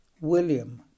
William